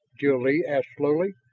jil-lee asked slowly.